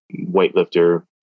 weightlifter